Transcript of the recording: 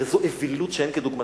הרי זו אווילות שאין כדוגמתה.